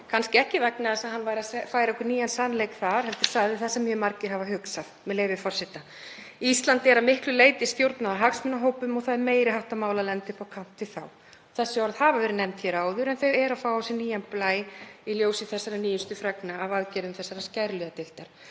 kannski ekki vegna þess að hann væri að færa okkur nýjan sannleik þar heldur sagði hann það sem mjög margir hafa hugsað, með leyfi forseta: „Íslandi er að miklu leyti stjórnað af hagsmunahópum og það er meiri háttar mál að lenda uppi á kant við þá.“ Þessi orð hafa verið nefnd hér áður en eru að fá á sig nýjan blæ í ljósi nýjustu fregna af aðgerðum þessarar skæruliðadeildar.